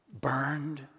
burned